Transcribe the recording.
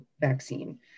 vaccine